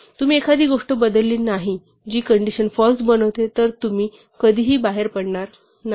तुम्ही एखादी गोष्ट बदलली नाही जी कंडिशन फाल्स बनवते तर तुम्ही कधीही बाहेर पडणार नाही